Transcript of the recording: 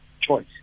choice